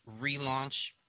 relaunch